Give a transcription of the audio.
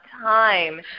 time